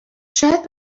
شاید